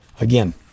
Again